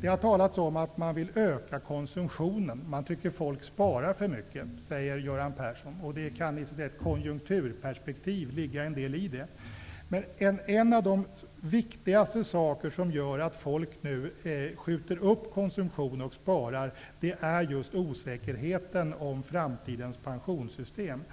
Det har talats om att man vill öka konsumtionen. Folk sparar för mycket, säger Göran Persson, och det kan i ett konjunkturperspektiv ligga något i det. Men en av de viktigaste anledningarna till att folk nu skjuter upp konsumtion och sparar är osäkerheten om framtidens pensionssystem.